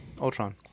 Ultron